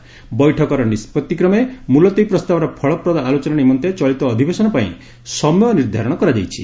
ଉକ୍ତ ବୈଠକର ନିଷ୍ବତି କ୍ରମେ ମୁଲତବୀ ପ୍ରସ୍ତାବର ଫଳ ପ୍ରଦ ଆଲୋଚନା ନିମନ୍ତେ ଚଳିତ ଅଧିବେଶନ ପାଇଁ ସମୟ ନିର୍ଧାରଣ କରାଯାଇଛି